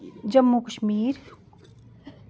Jammu Kashmir